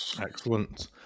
excellent